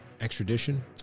extradition